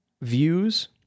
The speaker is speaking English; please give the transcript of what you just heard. views